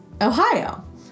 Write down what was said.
Ohio